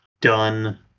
done